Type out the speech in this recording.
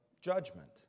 judgment